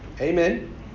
Amen